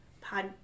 pod